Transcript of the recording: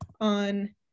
on